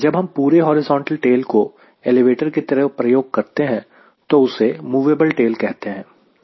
जब हम पूरे हॉरिजॉन्टल टेल् को एलिवेटर की तरह प्रयोग करते हैं तो उसे मूवेबल टेल कहते हैं